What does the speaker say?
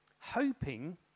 Hoping